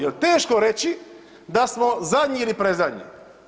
Jel teško reći da smo zadnji ili predzadnji?